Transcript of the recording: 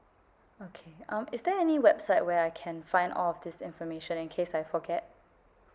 okay um is there any website where I can find all of these information in case I forget